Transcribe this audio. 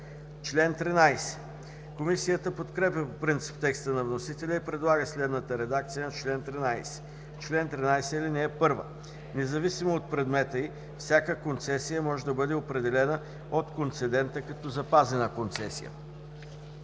Комисията подкрепя по принцип текста на вносителя и предлага следната редакция на чл. 13: „Чл. 13. (1) Независимо от предмета й всяка концесия може да бъде определена от концедента като запазена концесия.